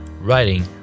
writing